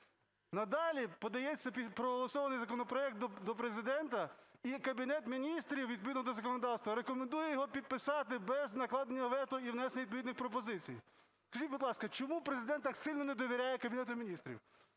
Надалі подається проголосований законопроект до Президента, і Кабінет Міністрів відповідно до законодавства рекомендує його підписати без накладення вето і внесення відповідних пропозицій. Скажіть, будь ласка, чому Президент так сильно не довіряє Кабінету Міністрів?